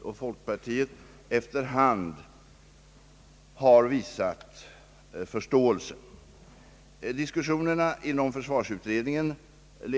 De utgår från att även planeringsnivån bör bara horisontell.